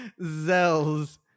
zells